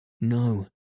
No